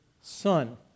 son